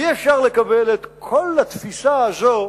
אי-אפשר לקבל את כל התפיסה הזו,